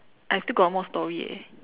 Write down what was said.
I still got one more story eh